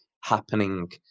happening